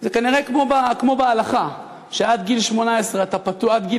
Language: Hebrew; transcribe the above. זה כנראה כמו בהלכה, שעד גיל 13 אתה פטור.